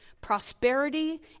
prosperity